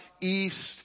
east